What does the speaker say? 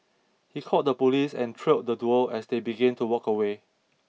he called the police and trailed the duo as they began to walk away